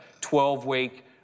12-week